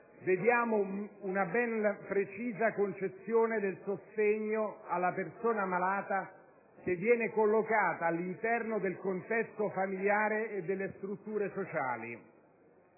vediamo una ben precisa concezione del sostegno alla persona malata, che viene collocata all'interno del contesto familiare e delle strutture sociali.